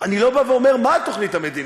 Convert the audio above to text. אני לא בא ואומר מה התוכנית המדינית.